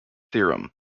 theorem